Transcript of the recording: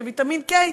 של ויטמין K,